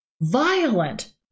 violent